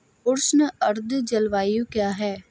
उष्ण आर्द्र जलवायु क्या है?